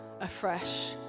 afresh